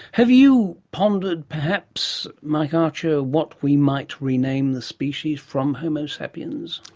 have you pondered perhaps, mike archer, what we might rename the species from homo sapiens?